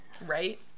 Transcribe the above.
Right